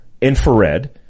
Infrared